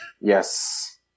Yes